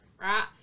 right